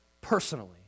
personally